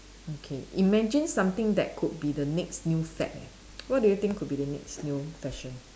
okay imagine something that could be the next new fad what do you think could be the next new fashion